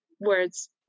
words